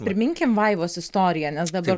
priminkim vaivos istoriją nes dabar